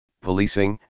policing